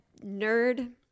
nerd